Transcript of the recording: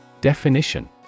Definition